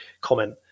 comment